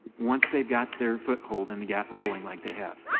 once they've got their foothold and got rolling like they have,